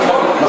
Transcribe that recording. נכון?